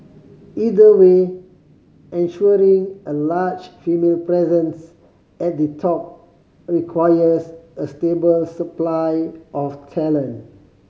either way ensuring a larger female presence at the top requires a stable supply of talent